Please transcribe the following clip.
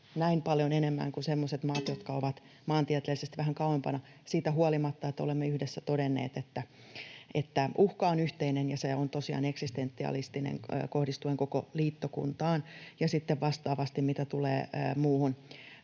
näin paljon enemmän kuin semmoiset maat, jotka ovat maantieteellisesti vähän kauempana, siitä huolimatta, että olemme yhdessä todenneet, että uhka on yhteinen ja se on tosiaan eksistentialistinen kohdistuen koko liittokuntaan ja sitten vastaavasti, mitä tulee muuhun